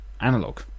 analog